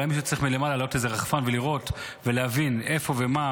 אולי מישהו צריך להעלות מלמעלה איזשהו רחפן ולראות ולהבין איפה ומה,